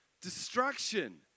destruction